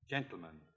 Gentlemen